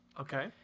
Okay